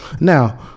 Now